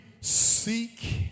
seek